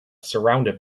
surrounded